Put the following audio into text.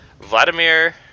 Vladimir